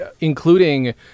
Including